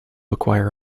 acquire